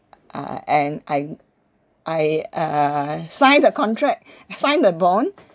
uh and I I err signed the contract signed the bond